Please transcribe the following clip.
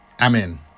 Amen